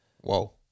whoa